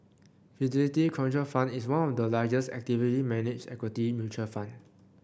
fidelity contra fund is one of the largest actively managed equity mutual fund